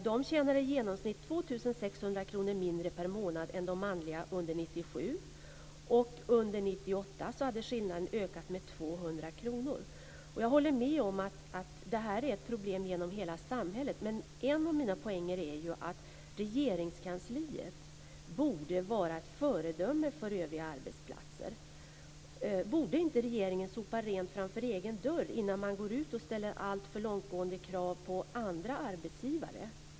De tjänade i genomsnitt 2 600 kr mindre per månad än de manliga under 1997, och under 1998 Jag håller med om att det är ett problem genom hela samhället, men en av mina poänger är att Regeringskansliet borde vara ett föredöme för övriga arbetsplatser. Borde inte regeringen sopa rent framför egen dörr innan man går ut och ställer alltför långtgående krav på andra arbetsgivare?